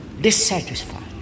dissatisfied